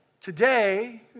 today